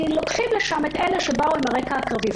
כי לוקחים לשם את אלה שבאו עם רקע קרבי.